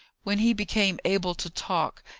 when he became able to talk,